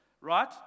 right